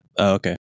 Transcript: Okay